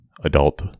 adult